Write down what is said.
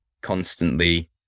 constantly